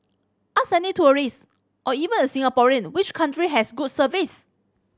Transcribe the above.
ask any tourist or even a Singaporean which country has good service